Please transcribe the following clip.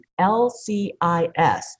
LCIS